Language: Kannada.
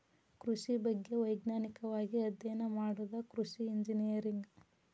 ಕೃಷಿ ಬಗ್ಗೆ ವೈಜ್ಞಾನಿಕವಾಗಿ ಅಧ್ಯಯನ ಮಾಡುದ ಕೃಷಿ ಇಂಜಿನಿಯರಿಂಗ್